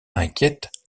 inquiètes